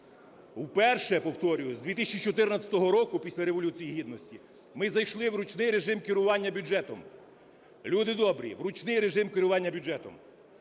Вперше, повторюю, з 2014 року, після Революції Гідності, ми зайшли в ручний режим керування бюджетом. Люди добрі, в ручний режим керування бюджетом!